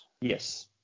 Yes